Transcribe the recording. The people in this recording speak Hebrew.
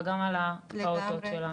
אבל גם על הפעוטות שלנו.